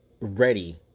Ready